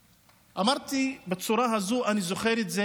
אמרתי בצורה הזאת, ואני זוכר את זה